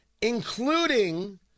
including